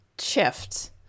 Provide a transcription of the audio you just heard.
shift